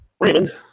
Raymond